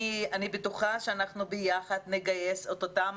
אני בטוחה שאנחנו ביחד נגייס את אותם